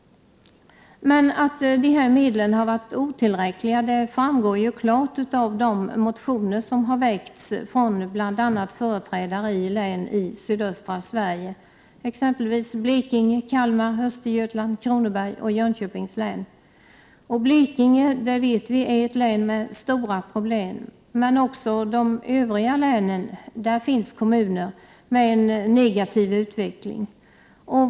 Men att de här medlen har varit otillräckliga framgår klart av de motioner som väckts från bl.a. företrädare för län i sydöstra Sverige, t.ex. Blekinge, Kalmar, Östergötlands, Kronobergs och Jönköpings län. Blekinge är som bekant ett län med stora problem. Mea också i de övriga länen finns kommuner med en negativ utveckling.